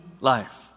life